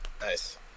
Nice